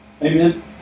Amen